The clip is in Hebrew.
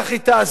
וכך היא תעשה.